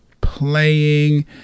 playing